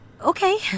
okay